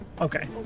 Okay